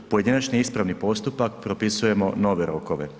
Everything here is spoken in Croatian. Pojedinačni ispravni postupak propisujemo nove rokove.